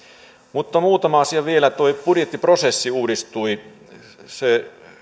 mutta muutama asia vielä tuo budjettiprosessi uudistui se